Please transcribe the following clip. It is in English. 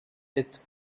its